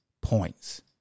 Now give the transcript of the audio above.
points